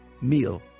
meal